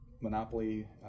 Monopoly